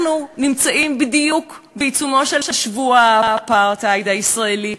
אנחנו נמצאים בדיוק בעיצומו של "שבוע האפרטהייד הישראלי",